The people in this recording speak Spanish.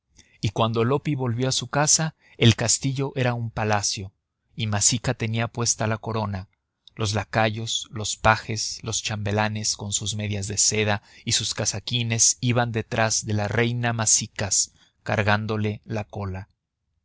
y cuando loppi volvió a su casa el castillo era un palacio y masica tenía puesta la corona los lacayos los pajes los chambelanes con sus medias de seda y sus casaquines iban detrás de la reina masicas cargándole la cola